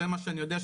זה מה שאני יודע,